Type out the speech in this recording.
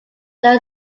there